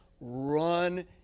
run